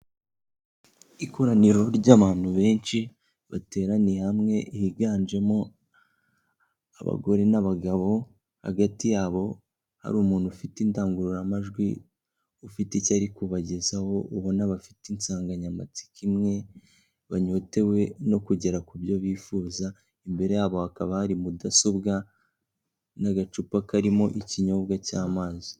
Ikoraniro ry'abantu benshi bateraniye hamwe, higanjemo abagore n'abagabo, hagati yabo hari umuntu ufite indangururamajwi, ufite icyo ari kubagezaho, ubona bafite insanganyamatsiko imwe, banyotewe no kugera ku byo bifuza, imbere yabo hakaba hari mudasobwa n'agacupa karimo ikinyobwa cy'amazi.